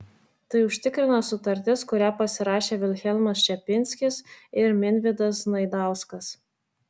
tai užtikrina sutartis kurią pasirašė vilhelmas čepinskis ir minvydas znaidauskas